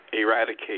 eradicate